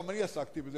גם אני עסקתי בזה,